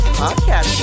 podcast